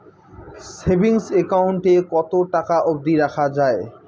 Savings account এ কতো টাকা অব্দি রাখা যায়?